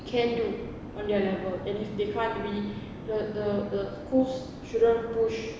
can do on their level and if they can't do it the the the schools shouldn't push